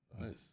Nice